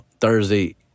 thursday